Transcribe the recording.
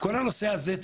כל הנושא הזה.